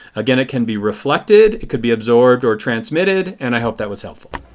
again it can be reflected, it could be absorbed or transmitted. and i hope that was helpful.